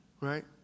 right